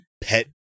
pet